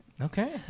Okay